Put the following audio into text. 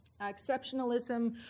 Exceptionalism